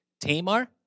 Tamar